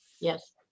yes